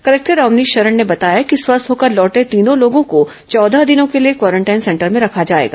collector Avneesh Sharan ने बताया कि स्वस्थ होकर लौटे तीनों लोगों को चौदह दिनों के लिए क्वारेंटाइन सेंटर में रखा जाएगा